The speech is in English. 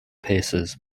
paces